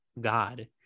God